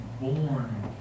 born